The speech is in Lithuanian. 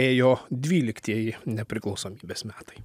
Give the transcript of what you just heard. ėjo dvyliktieji nepriklausomybės metai